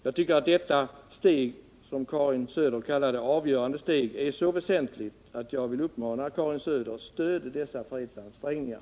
Jag tycker att detta, som Karin Söder sade, avgörande steg är så väsentligt att jag vill uppmana henne att stödja dessa fredsansträngningar.